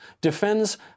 defends